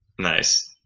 Nice